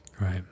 Right